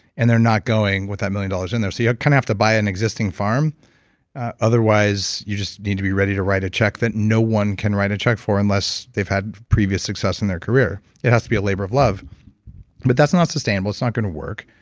and they're not going with that million dollars in there. so ah you have to buy an existing farm otherwise, you just need to be ready to write a check that no one can write a check for unless they've had previous success in their career. it has to be a labor of love but that's not sustainable, it's not going to work.